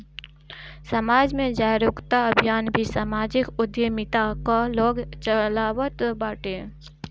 समाज में जागरूकता अभियान भी समाजिक उद्यमिता कअ लोग चलावत बाटे